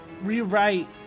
rewrite